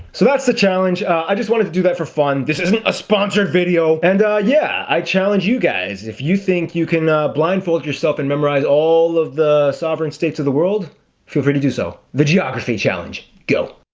so that's the challenge. i just wanted to do that for fun this isn't a sponsored video, and yeah i challenge you guys if you think you can blindfold yourself and memorize all of the sovereign states of the world feel free to do so the geography challenge go!